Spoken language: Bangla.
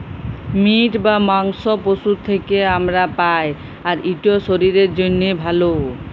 মিট বা মাংস পশুর থ্যাকে আমরা পাই, আর ইট শরীরের জ্যনহে ভাল